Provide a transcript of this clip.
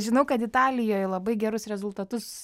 žinau kad italijoj labai gerus rezultatus